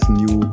new